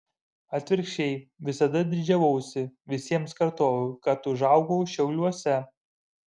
atvirkščiai visada didžiavausi visiems kartojau kad užaugau šiauliuose